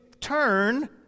turn